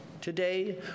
today